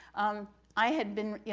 um i had been, you